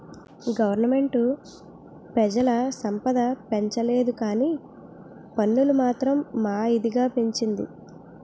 government పెజల సంపద పెంచలేదుకానీ పన్నులు మాత్రం మా ఇదిగా పెంచింది